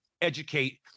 educate